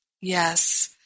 yes